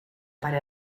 per